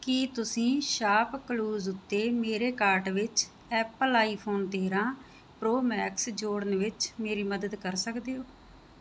ਕੀ ਤੁਸੀਂ ਸ਼ਾਪਕਲੂਜ਼ ਉੱਤੇ ਮੇਰੇ ਕਾਰਟ ਵਿੱਚ ਐਪਲ ਆਈਫੋਨ ਤੇਰ੍ਹਾਂ ਪ੍ਰੋ ਮੈਕਸ ਜੋੜਨ ਵਿੱਚ ਮੇਰੀ ਮਦਦ ਕਰ ਸਕਦੇ ਹੋ